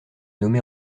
nommé